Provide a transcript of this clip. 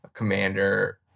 commander